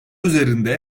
üzerinde